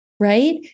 right